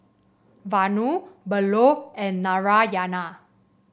Vanu Bellur and Narayana